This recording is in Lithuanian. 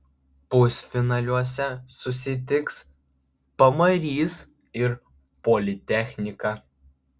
pusfinaliuose susitiks pamarys ir politechnika